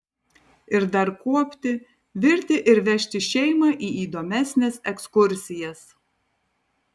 ir dar kuopti virti ir vežtis šeimą į įdomesnes ekskursijas